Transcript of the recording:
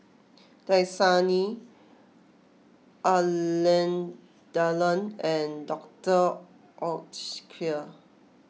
Dasani Alain Delon and Doctor Oetker